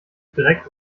dreck